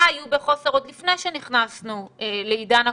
היו בחוסר עוד לפני שנכנסנו לעידן הקורונה.